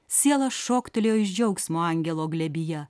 siela šoktelėjo iš džiaugsmo angelo glėbyje